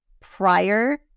prior